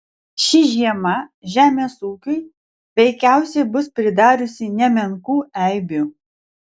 ši žiema žemės ūkiui veikiausiai bus pridariusi nemenkų eibių